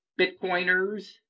Bitcoiners